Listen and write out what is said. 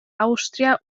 àustria